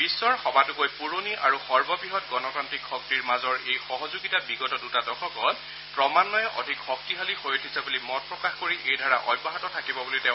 বিশ্বৰ সবাতোকৈ পুৰণি আৰু সৰ্ববৃহৎ গণতান্ত্ৰিক শক্তিৰ মাজৰ এই সহযোগিতা বিগত দুটা দশকত ক্ৰমান্বয়ে অধিক শক্তিশালী হৈ উঠিছে বুলি মত প্ৰকাশ কৰি এই ধাৰা অব্যাহত থাকিব বুলি তেওঁ আশা প্ৰকাশ কৰে